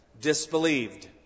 disbelieved